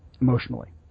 emotionally